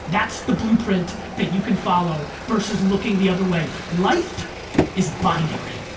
that's the blueprint that you can follow versus looking the other way. life is binary,